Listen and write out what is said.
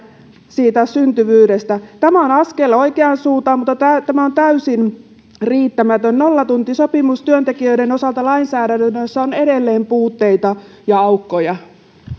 siitä syntyvyydestä tämä on askel oikeaan suuntaan mutta tämä tämä on täysin riittämätön nollatuntisopimustyöntekijöiden osalta lainsäädännössä on edelleen puutteita ja aukkoja